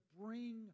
bring